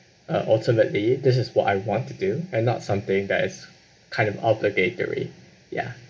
uh ultimately this is what I want to do and not something that is kind of obligatory ya